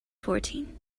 fourteen